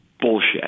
bullshit